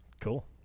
cool